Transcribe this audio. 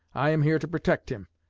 i am here to protect him,